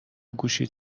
گوشیت